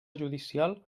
judicial